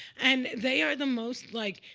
and they are the most, like,